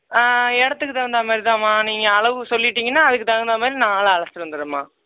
இடத்துக்கு தகுந்தா மாதிரிதாம்மா நீங்கள் அளவு சொல்லிட்டிங்கன்னா அதுக்கு தகுந்தமாதிரி நான் ஆளை அழைச்சிட்டு வந்துடுறேம்மா